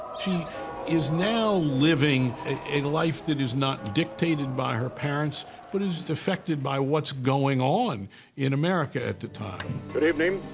she is now living a life that is not dictated by her parents but is affected by what's going on in america at the time. good but evening.